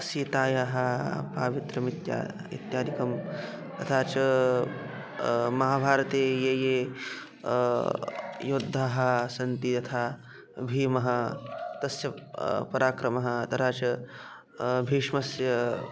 सीतायाः पावित्र्यम् इत्या इत्यादिकं तथा च महाभारते ये ये योद्धाः सन्ति यथा भीमः तस्य पराक्रमः तथा च भीष्मस्य